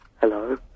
Hello